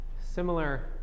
similar